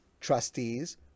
trustees